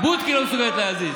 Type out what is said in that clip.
בוטקה היא לא מסוגלת להזיז.